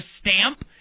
stamp